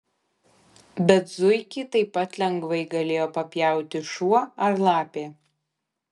bet zuikį taip pat lengvai galėjo papjauti šuo ar lapė